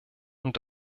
und